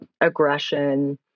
aggression